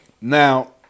Now